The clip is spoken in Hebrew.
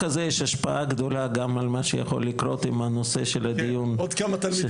אנחנו בנושא התחבורה,